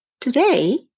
Today